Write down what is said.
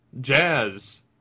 Jazz